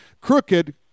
crooked